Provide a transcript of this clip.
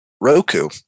Roku